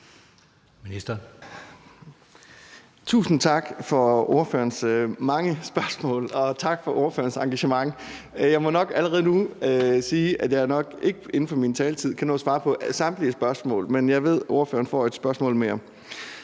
Tusind tak for ordførerens mange spørgsmål, og tak for ordførerens engagement. Jeg må allerede nu sige, at jeg nok ikke kan nå at svare på samtlige spørgsmål inden for min taletid, men jeg ved, at spørgeren har et spørgsmål mere.